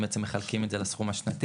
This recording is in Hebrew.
אם בעצם מחלקים את זה לסכום השנתי,